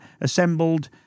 assembled